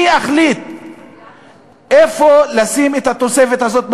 אני אחליט איפה לשים את התוספת הזאת,